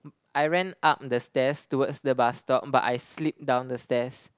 mm I ran up the stairs towards the bus stop but I slip down the stairs